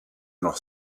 noch